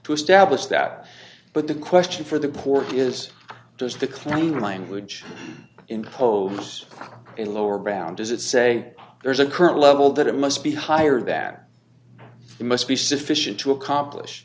to establish that but the question for the poor is does the clean language impose a lower bound does it say there's a current level that it must be higher that the must be sufficient to accomplish